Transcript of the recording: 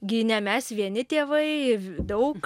gi ne mes vieni tėvai daug